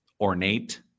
ornate